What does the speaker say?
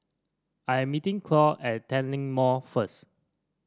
I am meeting Claud at Tanglin Mall first